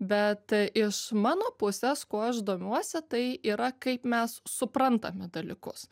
bet iš mano pusės kuo aš domiuosi tai yra kaip mes suprantame dalykus